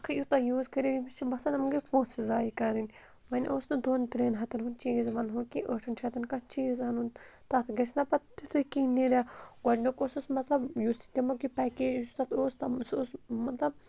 اَکھ یوٗتاہ یوٗز کٔرِو أمِس چھِ باسان یِم گٔژھ پونٛسہٕ زایہِ کَرٕنۍ وَنۍ اوس نہٕ دۄن ترٛیٚن ہَتَن ہُنٛد چیٖز وَنہو کہ ٲٹھَن شَتَن کانٛہہ چیٖز اَنُن تَتھ گژھِ نہَ پَتہٕ تِتُے کینٛہہ نیران گۄڈنیُک اوسُس مطلب یُس یہِ تمیُک یہِ پیکیج یُس تَتھ اوس تم سُہ اوس مطلب